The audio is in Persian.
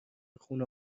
خونه